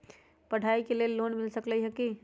पढाई के लेल लोन मिल सकलई ह की?